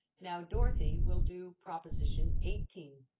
now, dorothy will do proposition eighteen.